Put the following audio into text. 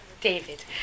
David